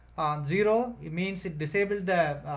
zero, it means it disable, the,